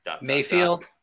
mayfield